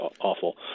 awful